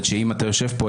אם אתה יושב פה,